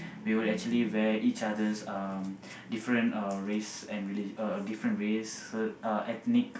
we would actually wear each other's um different uh race and reli~ uh different race uh ethnic